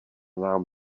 nám